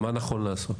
מה נכון לעשות?